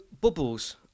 bubbles